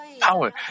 power